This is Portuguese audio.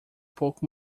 pouco